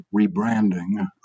rebranding